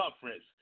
Conference